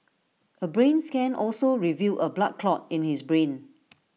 A brain scan also revealed A blood clot in his brain